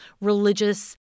religious